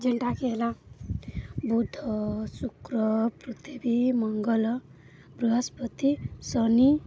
ଯେଉଁଟାକି ହେଲା ବୁଧ ଶୁକ୍ର ପୃଥିବୀ ମଙ୍ଗଳ ବୃହସ୍ପତି ଶନି